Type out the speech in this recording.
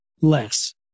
less